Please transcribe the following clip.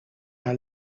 haar